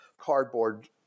cardboard